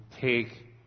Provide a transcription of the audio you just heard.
take